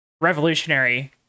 revolutionary